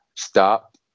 Stop